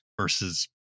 versus